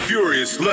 Furious